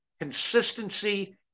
consistency